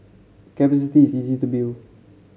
capacity is easy to build